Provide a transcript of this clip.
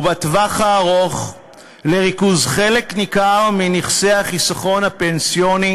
ובטווח הארוך לריכוז חלק ניכר מנכסי החיסכון הפנסיוני